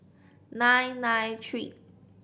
nine nine three